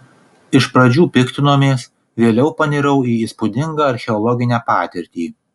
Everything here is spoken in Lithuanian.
iš pradžių piktinomės vėliau panirau į įspūdingą archeologinę patirtį